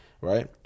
Right